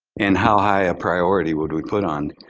and how high a priority would we put on